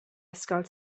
ysgol